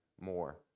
more